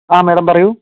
ആ മാഡം പറയൂ